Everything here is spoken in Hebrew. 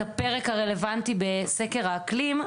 שתכף יתייחסו את הפרק הרלוונטי בסקר האקלים.